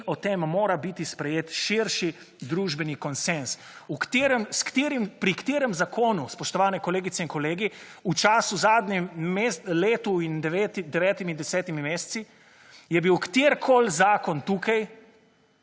in o tem mora biti sprejet širši družbeni konsenz.« Pri katerem zakonu, spoštovani kolegice in kolegi, v času, zadnjem letu in devetimi, desetimi meseci, je bil katerikoli zakon tukaj,